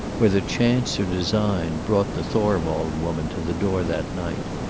whether chance or design brought the thorwald woman to the door that night.